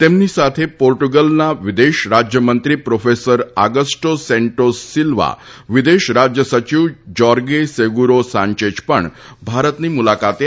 તેમની સાથે પોર્ટુગલના વિદેશ રાજ્યમંત્રી પ્રોફેસર આગસ્ટો સેંટોસ સીલ્વા વિદેશ રાજ્ય સચિવ જોર્ગે સેગૂરો સાંચેજ પણ ભારતની મુલાકાતે આવ્યા છે